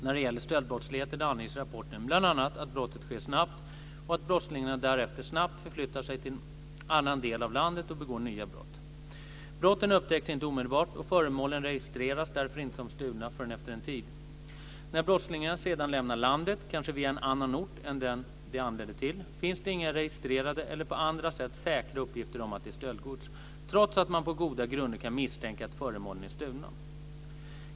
När det gäller stöldbrottsligheten anges i rapporten bl.a. att brottet sker snabbt och att brottslingarna därefter snabbt förflyttar sig till en annan del av landet och begår nya brott. Brotten upptäcks inte omedelbart, och föremålen registreras därför inte som stulna förrän efter en tid. När brottslingarna sedan lämnar landet, kanske via en annan ort än den de anlände till, finns det inga registrerade eller på andra sätt säkra uppgifter om att det är stöldgods, trots att man på goda grunder kan misstänka att föremålen är stulna.